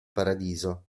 paradiso